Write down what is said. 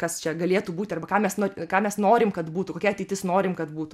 kas čia galėtų būti arba ką mes ką mes norim kad būtų kokia ateitis norim kad būtų